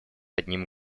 одним